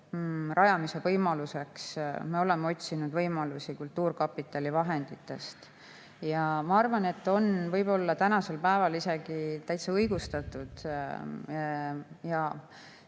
selle ehitamiseks me oleme otsinud võimalusi kultuurkapitali vahenditest. Ja ma arvan, et võib-olla tänasel päeval on isegi täitsa õigustatud